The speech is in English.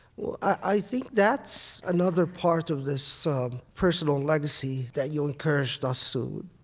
well, i think that's another part of this personal legacy that you encouraged us so to,